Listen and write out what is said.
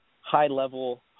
high-level –